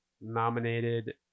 nominated